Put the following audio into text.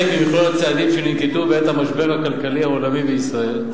ממכלול הצעדים שננקטו בעת המשבר הכלכלי העולמי בישראל,